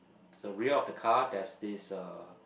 the rear of the car there's this uh